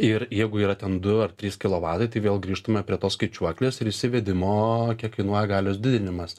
ir jeigu yra ten du ar trys kilovatai tai vėl grįžtume prie tos skaičiuoklės ir įsivedimo kiek kainuoja galios didinimas